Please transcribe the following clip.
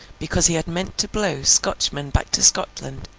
because he had meant to blow scotchmen back to scotland,